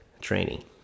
training